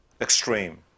extreme